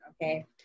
okay